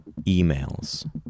emails